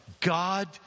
God